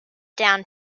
down